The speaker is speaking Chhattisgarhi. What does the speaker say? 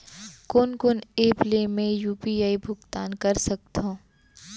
कोन कोन एप ले मैं यू.पी.आई भुगतान कर सकत हओं?